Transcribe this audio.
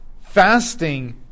fasting